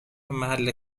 محل